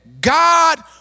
God